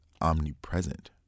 omnipresent